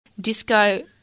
Disco